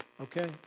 okay